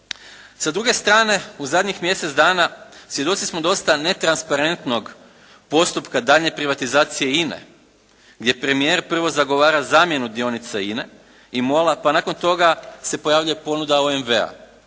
Sa druge strane, u zadnjih mjesec dana svjedoci smo dosta netransparentnog postupka daljnje privatizacije INA-e gdje premijer prvo zagovara zamjenu dionica INA-e i MOL-a pa nakon toga se pojavljuje ponuda OMV-a.